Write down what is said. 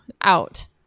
out